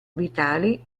vitali